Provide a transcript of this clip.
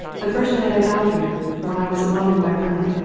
the first night i got here, when i was alone in my room,